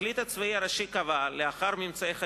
הפרקליט הצבאי הראשי קבע, לאחר ממצאי חקירה,